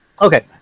Okay